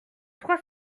trois